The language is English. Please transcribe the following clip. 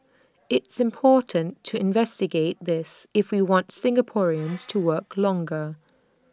it's important to investigate this if we want Singaporeans to work longer